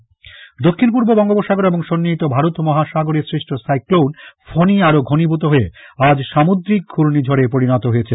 ফনি দক্ষিণ পূর্ব বঙ্গোপসাগর এবং সল্লিহিত ভারত মহাসাগরে সৃষ্ট সাইক্লোন ফনি আরো ঘনীভূত হয়ে আজ সামুদ্রিক ঘুর্ণিঝড়ে পরিণত হবে